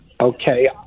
Okay